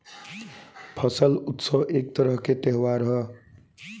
फसल उत्सव एक तरह के त्योहार ह